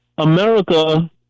America